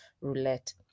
roulette